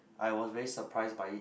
I was very surprised by it